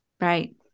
Right